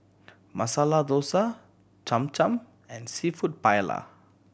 Masala Dosa Cham Cham and Seafood Paella